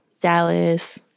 Dallas